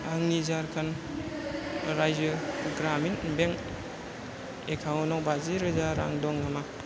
आंनि झारखान्ड राज्यो ग्रामिन बेंक एकाउन्टाव बाजि रोजा रां दं नामा